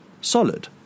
solid